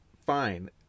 fine